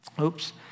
oops